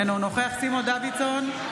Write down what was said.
אינו נוכח סימון דוידסון,